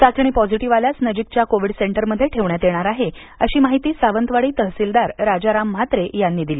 चाचणी पॉझिटीव्ह आल्यास नजीकच्या कोविड सेंटरमध्ये ठेवण्यात येणारं आहे अशी महिती सावंतवाडी तहसीलदार राजाराम म्हात्रे यांनी दिली